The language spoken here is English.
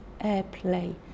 airplay